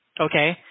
okay